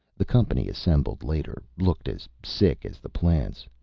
the company assembled later looked as sick as the plants.